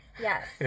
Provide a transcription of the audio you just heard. Yes